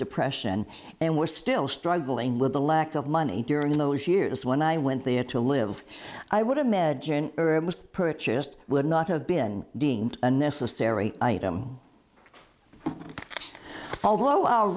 depression and were still struggling with the lack of money during those years when i went there to live i would imagine herb was purchased would not have been deemed a necessary item although